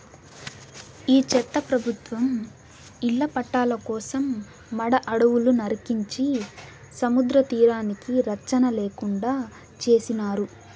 ఈ చెత్త ప్రభుత్వం ఇళ్ల పట్టాల కోసం మడ అడవులు నరికించే సముద్రతీరానికి రచ్చన లేకుండా చేసినారు